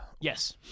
Yes